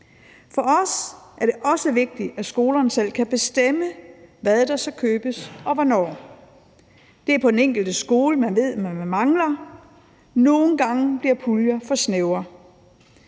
For os er det også vigtigt, at skolerne selv kan bestemme, hvad der skal købes og hvornår. Det er på den enkelte skole, man ved, hvad man mangler. Nogle gange bliver puljer for snævre